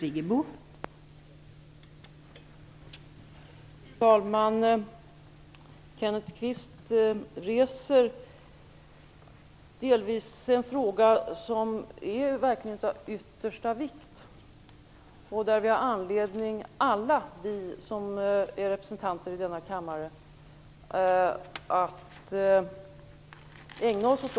Fru talman! Kenneth Kvist reser delvis en fråga som är av yttersta vikt och som vi alla som är representanter i denna kammare har anledning att ägna oss åt.